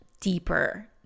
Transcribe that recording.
deeper